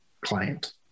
client